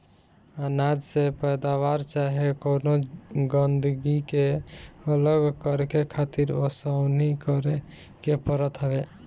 अनाज से पतवार चाहे कवनो गंदगी के अलग करके खातिर ओसवनी करे के पड़त हवे